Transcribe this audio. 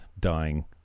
dying